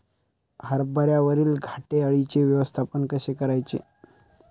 हरभऱ्यावरील घाटे अळीचे व्यवस्थापन कसे करायचे?